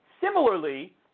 similarly